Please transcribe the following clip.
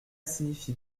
signifie